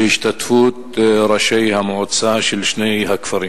בהשתתפות ראשי המועצה של שני הכפרים.